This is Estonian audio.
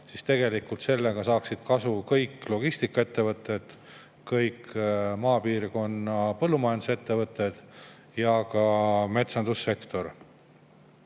siis saaksid sellest kasu kõik logistikaettevõtted, kõik maapiirkondade põllumajandusettevõtted ja ka metsandussektor.